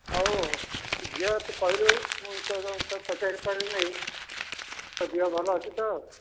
ହଉ ଆଉ ଝିଅ ତୁ କହିଲୁ ମୁଁ ତୋର ତ ପଚାରି ପାରିଲି ନାହିଁ ତୋ ଦେହ ଭଲ ଅଛି ତ